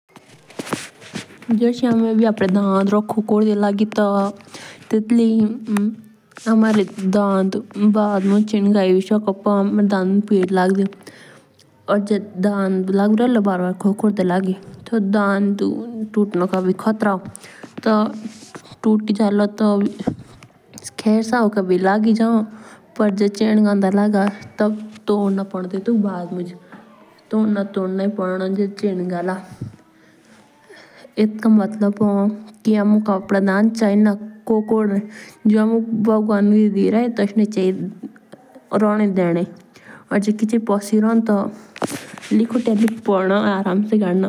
जस अमारे दंड हो तो से ख़राब तबी हो जे अमे मजीना आती। या जे ददुंद खानक जे फोसे भी नोटो तो तेतु खोकोडनो ना पडनो।